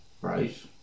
Right